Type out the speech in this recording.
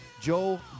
Joe